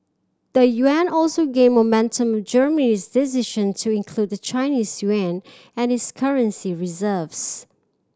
the yuan also gained momentum on Germany's decision to include the Chinese yuan in its currency reserves